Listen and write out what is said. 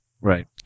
Right